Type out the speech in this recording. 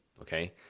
okay